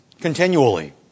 continually